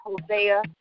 Hosea